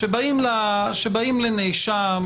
כשבאים לנאשם,